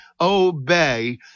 obey